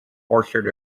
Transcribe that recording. orchard